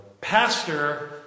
pastor